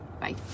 bye